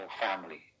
family